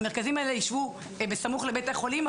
המרכזים האלה ישבו בסמוך לבית החולים,